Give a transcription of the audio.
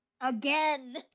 Again